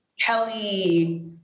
Kelly